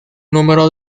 número